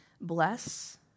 bless